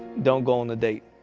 don't go on the date.